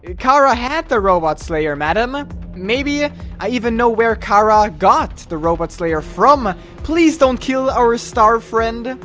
kara had the robot slayer madam maybe i even know where cara got the robot slayer from please don't kill our star friend. and